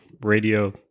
radio